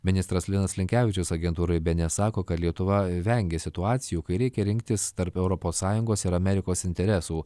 ministras linas linkevičius agentūrai bns sako kad lietuva vengia situacijų kai reikia rinktis tarp europos sąjungos ir amerikos interesų